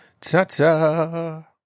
ta-ta